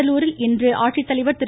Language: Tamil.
கடலூரில் இன்று ஆட்சித்தலைவர் திரு